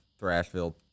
Thrashville